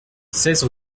seize